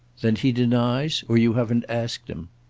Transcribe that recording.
then he denies or you haven't asked him?